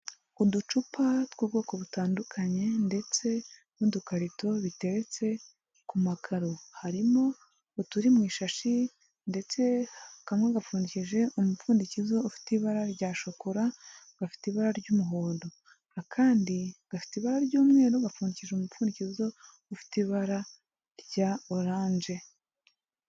Uducupa tw'ubwoko butandukanye ndetse n'udukarito biteretse ku makaro, harimo uturi mu ishashi ndetse kamwe gapfundikije umupfundikizo ufite ibara rya shokora gafite ibara ry'umuhondo, akandi gafite ibara ry'umweru gapfundikije umupfundikizo ufite ibara rya oranje.